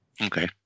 Okay